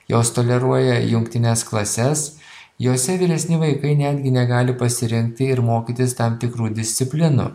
jos toleruoja jungtines klases jose vyresni vaikai netgi negali pasirinkti ir mokytis tam tikrų disciplinų